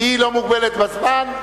היא לא מוגבלת בזמן.